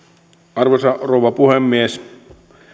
arvoisa rouva puhemies